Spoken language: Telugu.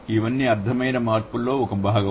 ఇవన్నీ అర్థపరమైన మార్పులో ఒక భాగం